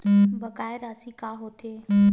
बकाया राशि का होथे?